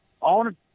on